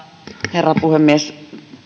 herra puhemies